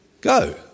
Go